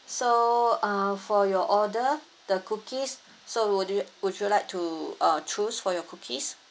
so uh for your order the cookies so would you would you like to uh choose for your cookies